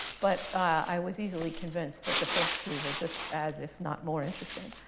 but i was easily convinced that the first two were just as, if not more, interesting.